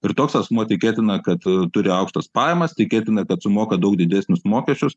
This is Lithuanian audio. ir toks asmuo tikėtina kad turi aukštas pajamas tikėtina kad sumoka daug didesnius mokesčius